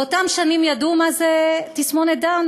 באותן שנים ידעו מה זה תסמונת דאון,